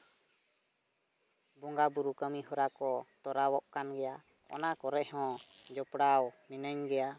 ᱵᱚᱸᱜᱟ ᱵᱩᱨᱩ ᱠᱟᱹᱢᱤᱦᱚᱨᱟ ᱠᱚ ᱛᱚᱨᱟᱣᱚᱜ ᱠᱟᱱ ᱜᱮᱭᱟ ᱚᱱᱟ ᱠᱚᱨᱮ ᱦᱚᱸ ᱡᱚᱯᱲᱟᱣ ᱢᱤᱱᱟᱹᱧ ᱜᱮᱭᱟ